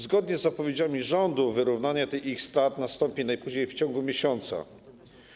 Zgodnie z zapowiedziami rządu wyrównanie tych strat nastąpi najpóźniej w ciągu miesiąca.